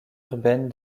urbaine